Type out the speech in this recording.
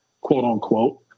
quote-unquote